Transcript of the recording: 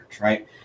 right